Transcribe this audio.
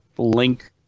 link